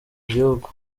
gihugu